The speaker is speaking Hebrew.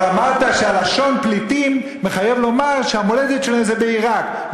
אבל אמרת שהלשון "פליטים" מחייבת לומר שהמולדת שלהם היא בעיראק.